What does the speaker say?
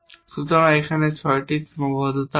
সুতরাং এখানে 6টি সীমাবদ্ধতা রয়েছে